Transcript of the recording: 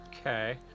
Okay